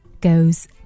goes